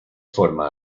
forma